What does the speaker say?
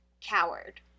Coward